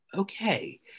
Okay